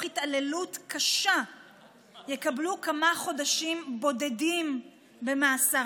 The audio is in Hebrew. התעללות קשה יקבלו כמה חודשים בודדים במאסר.